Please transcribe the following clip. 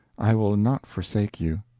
i will not forsake you,